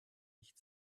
nicht